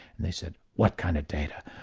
and they said what kind of data,